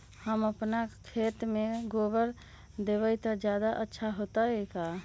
हम अपना खेत में गोबर देब त ज्यादा अच्छा होई का?